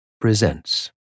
presents